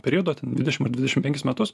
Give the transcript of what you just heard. periodą ten dvidešim ar dvidešim penkis metus